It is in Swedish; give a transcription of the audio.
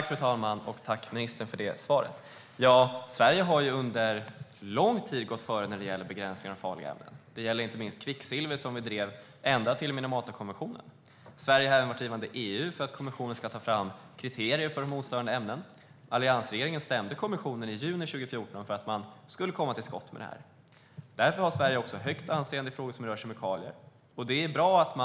Fru talman! Tack för det svaret, ministern! Sverige har under lång tid gått före när det gäller begränsningar av farliga ämnen. Det gäller inte minst frågan om kvicksilver, som vi drev ända till Minamatakonventionen. Sverige har även varit drivande i EU för att kommissionen ska ta fram kriterier för hormonstörande ämnen. Alliansregeringen stämde kommissionen i juni 2014 för att man skulle komma till skott. Därför har Sverige också högt anseende i frågor som rör kemikalier.